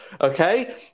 okay